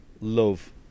love